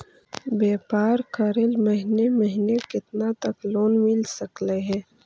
व्यापार करेल महिने महिने केतना तक लोन मिल सकले हे?